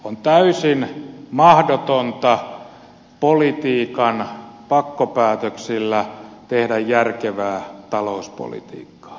on täysin mahdotonta politiikan pakkopäätöksillä tehdä järkevää talouspolitiikkaa